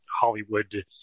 Hollywood